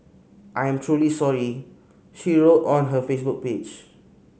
I am truly sorry she wrote on her Facebook page